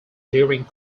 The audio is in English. during